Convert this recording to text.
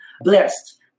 blessed